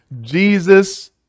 Jesus